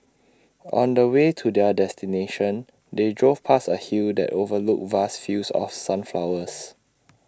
on the way to their destination they drove past A hill that overlooked vast fields of sunflowers